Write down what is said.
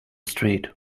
street